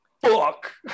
Fuck